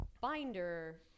binder